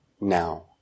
now